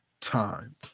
time